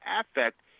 affect